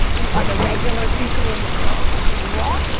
do other regular people in the world like you all?